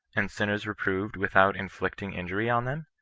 and sinners reproved without vnflicting injury on them!